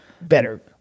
better